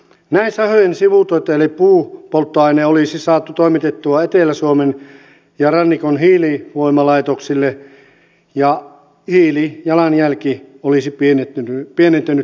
näin sahojen sivutuotto eli puupolttoaine olisi saatu toimitettua etelä suomen ja rannikon hiilivoimalaitoksille ja hiilijalanjälki olisi pienentynyt merkittävästi